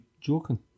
joking